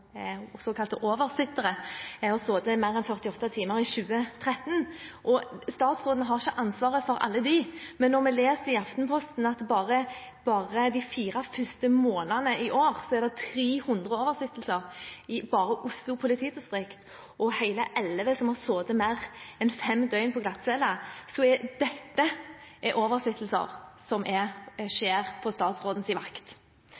er såkalte oversittere og har sittet i mer enn 48 timer i 2013. Statsråden har ikke ansvaret for alle dem, men når vi leser i Aftenposten at de fire første månedene i år er det 300 oversittinger bare i Oslo politidistrikt og hele elleve som har sittet mer enn fem døgn på glattcelle, er dette oversittinger som skjer med denne statsrådens makt. Mitt spørsmål er: